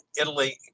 Italy